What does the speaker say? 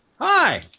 Hi